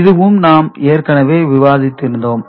இதுவும் நாம் ஏற்கனவே விவாதித்து இருந்தோம்